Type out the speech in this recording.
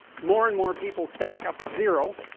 more and more people stack up at zero